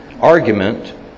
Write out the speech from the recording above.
argument